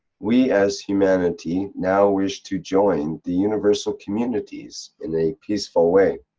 we as humanity now wish to join the universal communities in a peaceful way.